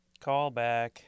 Callback